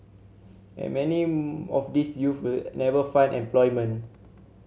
and many of these youth never find employment